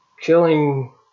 killing